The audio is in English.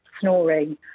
snoring